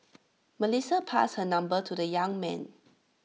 Melissa passed her number to the young man